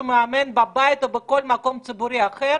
הוא מאמן בבית או בכל מקום ציבורי אחר?